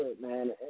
man